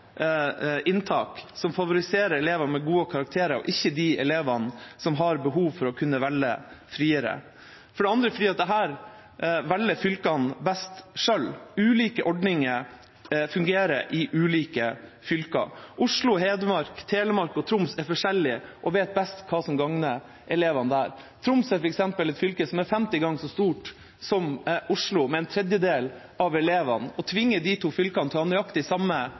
inntak som favoriserer elever med gode karakterer, ikke de elevene som har behov for å kunne velge friere. For det andre er det fordi dette velger fylkene best selv. Ulike ordninger fungerer i ulike fylker. Oslo, Hedmark, Telemark og Troms er forskjellige og vet best hva som gagner elevene der. Troms er f.eks. et fylke som er 50 ganger så stort som Oslo, med en tredjedel av elevene. Å tvinge de to fylkene til å ha nøyaktig samme